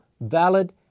valid